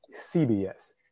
CBS